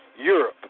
Europe